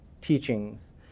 teachings